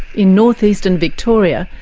in north-eastern victoria,